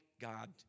God